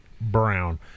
Brown